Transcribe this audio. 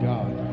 God